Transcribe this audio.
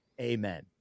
Amen